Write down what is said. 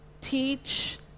teach